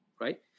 right